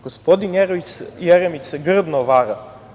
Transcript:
Gospodin Jeremić se grdno vara.